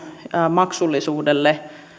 maksullisuudelle